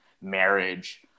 marriage